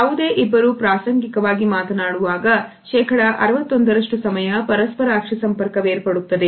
ಯಾವುದೇ ಇಬ್ಬರು ಪ್ರಾಸಂಗಿಕವಾಗಿ ಮಾತನಾಡುವಾಗ ಶೇಕಡ 61ರಷ್ಟು ಸಮಯ ಪರಸ್ಪರ ಅಕ್ಷಿ ಸಂಪರ್ಕವೇರ್ಪಡುತ್ತದೆ